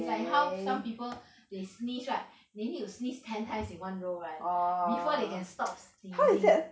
is how some people they sneeze right they need to sneeze ten times in one row right before they can stop sneezing